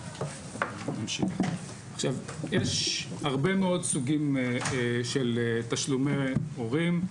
עכשיו, יש הרבה מאוד סוגים של תשלומי הורים.